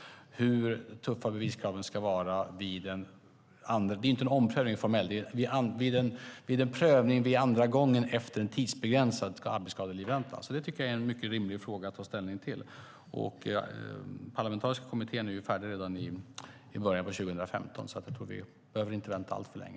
Hur tuffa ska beviskraven vara vid en andra prövning - det är inte en formell omprövning - efter utgången av en tidsbegränsad arbetsskadelivränta? Det är en rimlig fråga att ta ställning till. Den parlamentariska kommittén ska vara färdig redan i början av 2015. Vi behöver inte vänta alltför länge.